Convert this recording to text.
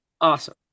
Awesome